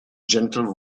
gentle